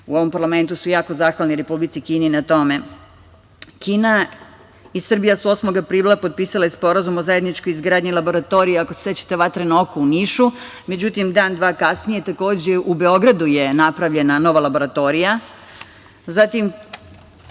u ovom parlamentu su jako zahvalni Republici Kini na tome. Kina i Srbija su osmog aprila potpisale sporazum o zajedničkoj izgradnji laboratorije, ako se sećate, „Vatreno oko“ u Nišu. Međutim, dan, dva kasnije, takođe, u Beogradu je napravljena nova laboratorija. Zatim,